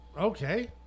Okay